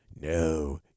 no